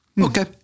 okay